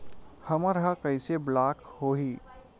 हमर ह कइसे ब्लॉक होही?